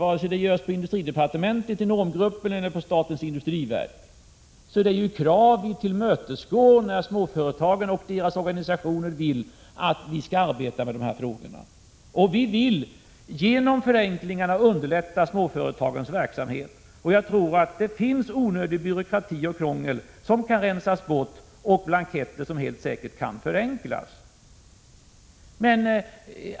Vare sig det görs på industridepartementet, i normgruppen eller på statens industriverk handlar det om att vi tillmötesgår de krav som småföretagen och deras organisationer har på att vi skall arbeta med dessa frågor. Vi vill genom förenklingarna underlätta småföretagens verksamhet. Jag tror att det finns onödig byråkrati och onödigt krångel som kan rensas bort och blanketter som helt säkert kan förenklas.